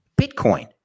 Bitcoin